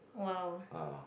well